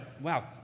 wow